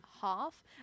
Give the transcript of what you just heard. Half